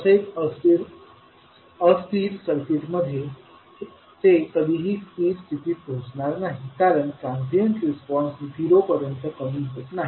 तसेच अस्थिर सर्किटमध्ये ते कधीही स्थिर स्थितीत पोहोचणार नाही कारण ट्रांसीएन्ट रिस्पॉन्स झिरो पर्यंत कमी होत नाही